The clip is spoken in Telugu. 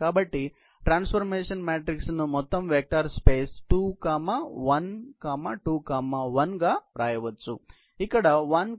కాబట్టి ట్రాన్సఫార్మేషన్ మ్యాట్రిక్స్ ను మొత్తం వెక్టర్ స్పేస్ 2 1 2 1 గా వ్రాయవచ్చు ఇక్కడ 1